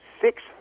Six